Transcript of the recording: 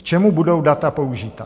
K čemu budou data použita?